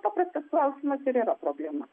paprastas klausimas ir yra problema